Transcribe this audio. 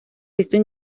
estos